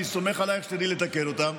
אני סומך עלייך שתדעי לתקן אותם.